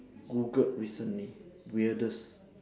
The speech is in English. googled recently weirdest